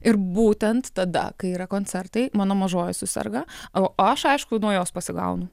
ir būtent tada kai yra koncertai mano mažoji suserga o aš aišku nuo jos pasigaunu